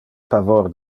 pavor